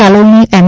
કાલોલની એમ